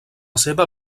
seva